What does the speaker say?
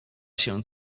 się